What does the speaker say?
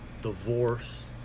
divorce